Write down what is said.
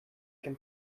can